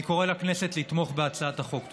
אני קורא לכנסת לתמוך בהצעת החוק.